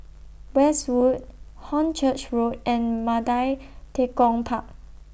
Westwood Hornchurch Road and Mandai Tekong Park